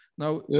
Now